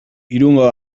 irungo